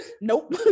nope